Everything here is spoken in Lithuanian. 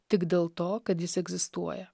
tik dėl to kad jis egzistuoja